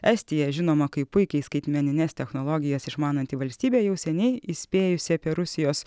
estija žinoma kaip puikiai skaitmenines technologijas išmananti valstybė jau seniai įspėjusi apie rusijos